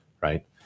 right